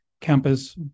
campus